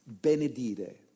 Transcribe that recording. benedire